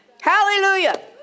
Hallelujah